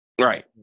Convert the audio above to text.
Right